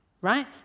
right